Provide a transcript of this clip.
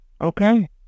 Okay